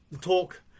talk